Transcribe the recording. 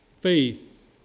Faith